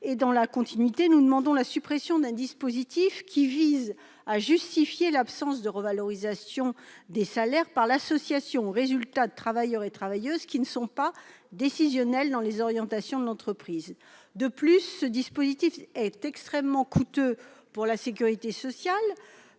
de notre position, nous demandons la suppression d'un dispositif qui vise à justifier l'absence de revalorisation des salaires par l'association au résultat de travailleurs et de travailleuses qui ne sont pas décisionnels dans les orientations de l'entreprise. De plus, ce dispositif est extrêmement coûteux pour la sécurité sociale,